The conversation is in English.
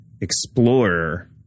Explorer